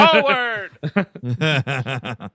Forward